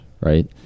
right